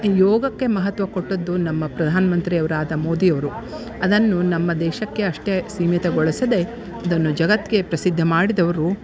ಯೋಗಕ್ಕೆ ಮಹತ್ವ ಕೊಟ್ಟದ್ದು ನಮ್ಮ ಪ್ರಧಾನ ಮಂತ್ರಿಯವರಾದ ಮೋದಿ ಅವರು ಅದನ್ನು ನಮ್ಮ ದೇಶಕ್ಕೆ ಅಷ್ಟೇ ಸೀಮಿತಗೊಳಿಸದೆ ಅದನ್ನು ಜಗತ್ತಿಗೆ ಪ್ರಸಿದ್ಧ ಮಾಡಿದವರು